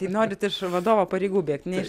tai norit iš vadovo pareigų bėgt ne iš